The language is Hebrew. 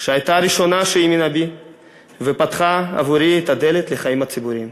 שהייתה הראשונה שהאמינה בי ופתחה עבורי את הדלת לחיים הציבוריים.